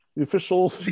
official